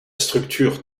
structure